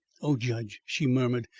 oh, judge! she murmured,